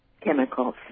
chemicals